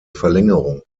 verlängerung